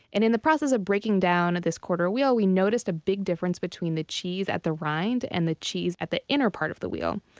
and in the process of breaking down this quarter wheel, we noticed a big difference between the cheese at the rind and the cheese at the inner part of the wheel.